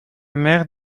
mère